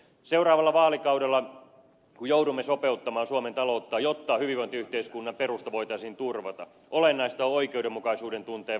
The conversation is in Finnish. seuraavalla vaalikaudella kun joudumme sopeuttamaan suomen taloutta jotta hyvinvointiyhteiskunnan perusta voitaisiin turvata olennaista on oikeudenmukaisuuden tunteen vahvistaminen